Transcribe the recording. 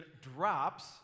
drops